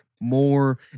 more